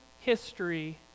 history